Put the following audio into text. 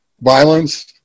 violence